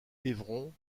évron